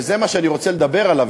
וזה מה שאני רוצה לדבר עליו,